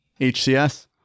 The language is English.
HCS